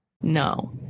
no